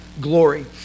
glory